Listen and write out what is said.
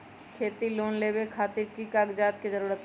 खेती लोन लेबे खातिर की की कागजात के जरूरत होला?